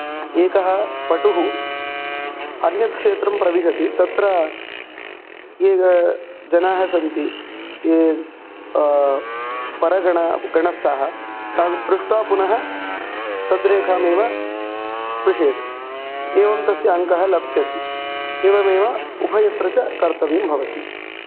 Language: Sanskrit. एकः पटुः अन्यत् क्षेत्रं प्रविशति तत्र ये जनाः सन्ति ये परगण गणस्थाः तान् स्पृष्ट्वा पुनः तद्रेखामेव स्पृशेत् एवं तस्य अङ्कः लप्स्यति एवमेव उभयत्र च कर्तव्यं भवति